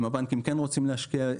אם הבנקים כן רוצים להשקיע,